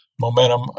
momentum